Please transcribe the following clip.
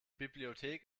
bibliothek